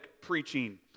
preaching